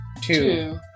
Two